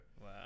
Wow